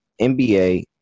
NBA